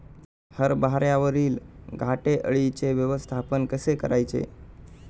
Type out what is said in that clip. हरभऱ्यावरील घाटे अळीचे व्यवस्थापन कसे करायचे?